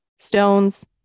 stones